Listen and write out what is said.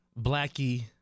blackie